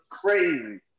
crazy